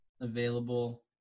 available